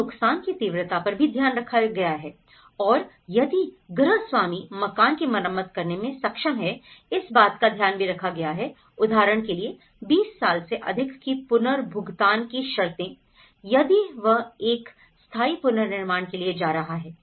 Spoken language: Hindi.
तो नुकसान की तीव्रता पर भी ध्यान रखा गया है और यदि ग्रह स्वामी मकान की मरम्मत करने में सक्षम है इस बात का ध्यान भी रखा गया है उदाहरण के लिए 20 साल से अधिक की पुनर्भुगतान की शर्तें यदि वह एक स्थायी पुनर्निर्माण के लिए जा रहा है